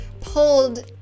pulled